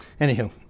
Anywho